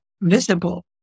visible